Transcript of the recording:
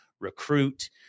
Recruit